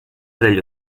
dagli